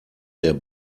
der